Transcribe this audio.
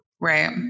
Right